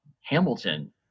hamilton